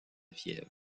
fièvre